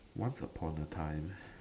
once upon a time